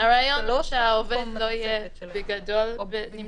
סמכויות לאסוף באופן